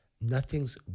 nothing's